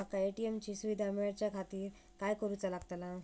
माका ए.टी.एम ची सुविधा मेलाच्याखातिर काय करूचा लागतला?